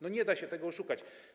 No nie da się tego oszukać.